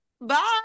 bye